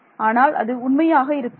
ஆனால் அது உண்மையாக இருக்காது